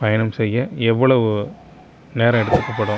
பயணம் செய்ய எவ்வளவு நேரம் எடுத்துக்கப்படும்